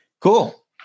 Cool